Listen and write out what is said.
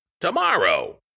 tomorrow